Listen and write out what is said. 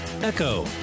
ECHO